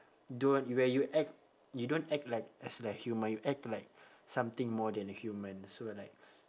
don't where you act you don't act like as like human you act like something more than a human so like